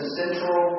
central